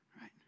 right